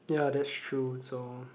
ya that's true so